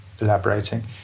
elaborating